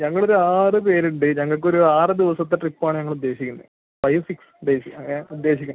ഞങ്ങളൊരു ആറ് പേരുണ്ട് ഞങ്ങൾക്കൊരു ആറ് ദിവസത്തെ ട്രിപ്പ് ആണ് ഞങ്ങൾ ഉദ്ദേശിക്കുന്നത് ഫൈവ് സിക്സ് ഡേയ്സ് ഏ ഉദ്ദേശിക്കുന്നത്